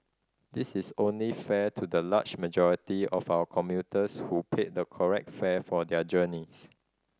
this is only fair to the large majority of our commuters who pay the correct fare for their journeys